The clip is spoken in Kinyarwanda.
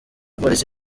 polisi